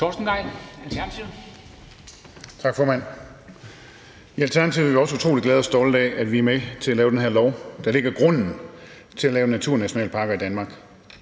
Torsten Gejl (ALT): Tak, formand. I Alternativet er vi også utrolig glade for og stolte af, at vi er med til at lave den her lov, der lægger grunden til at lave naturnationalparker i Danmark.